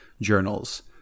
journals